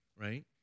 right